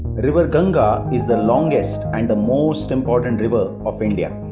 river ganga is the longest and the most important river of india.